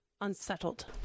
unsettled